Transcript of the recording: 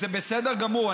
זה בסדר גמור,